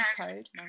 code